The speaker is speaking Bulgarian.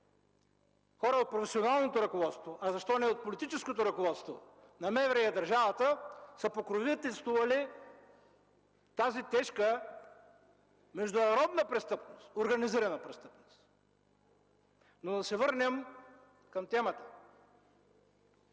хора от професионалното ръководство, а защо не от политическото ръководство на МВР и държавата са покровителствали тази тежка международна организирана престъпност. Но да се върнем към темата.